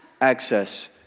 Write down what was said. access